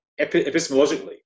epistemologically